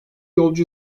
yolcu